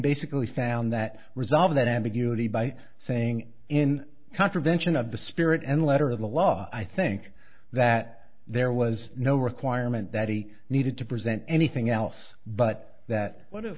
basically found that resolve that ambiguity by saying in contravention of the spirit and letter of the law i think that there was no requirement that he needed to present anything else but that